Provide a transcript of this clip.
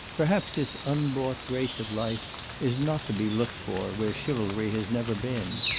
perhaps this unbought grace of life is not to be looked for where chivalry has never been.